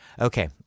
Okay